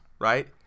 right